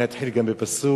אני אתחיל בפסוק.